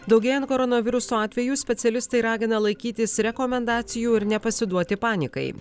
daugėjant koronaviruso atvejų specialistai ragina laikytis rekomendacijų ir nepasiduoti panikai